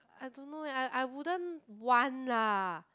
I don't know leh I I wouldn't want lah